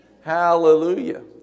Hallelujah